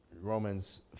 Romans